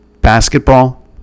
basketball